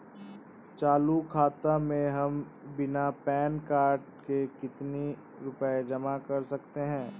चालू खाता में हम बिना पैन कार्ड के कितनी रूपए जमा कर सकते हैं?